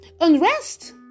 unrest